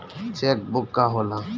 Check book का होला?